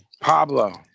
pablo